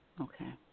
Okay